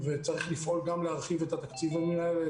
וצריך לפעול גם להרחיב את התקציבים האלה